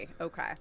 Okay